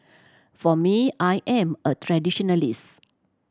for me I am a traditionalist